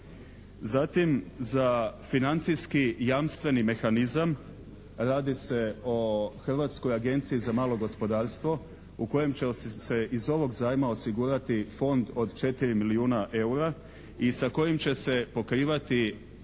Zatim za financijski jamstveni mehanizam, radi se o Hrvatskoj agenciji za malo gospodarstvo u kojem će se iz ovog zajma osigurati fond od 4 milijuna eura i sa kojim će se pokrivati